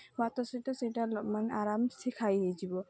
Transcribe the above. ଭାତ ସହିତ ସେଇଟା ମାନେ ଆରମ୍ସେ ଖାଇ ହୋଇଯିବ